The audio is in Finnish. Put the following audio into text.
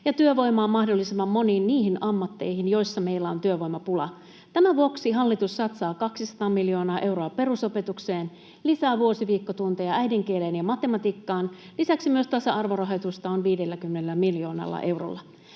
työvoimaa mahdollisimman moniin niihin ammatteihin, joissa meillä on työvoimapula. Tämän vuoksi hallitus satsaa 200 miljoonaa euroa perusopetukseen, lisää vuosiviikkotunteja äidinkieleen ja matematiikkaan. Lisäksi myös tasa-arvorahoitusta on 50 miljoonalla eurolla.